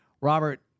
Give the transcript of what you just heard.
Robert